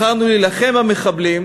בחרנו להילחם במחבלים